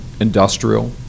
industrial